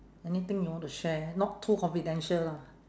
anything you want to share not too confidential lah